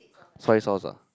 soy sauce ah